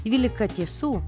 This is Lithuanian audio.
dvylika tiesų